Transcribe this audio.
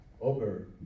over